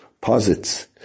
posits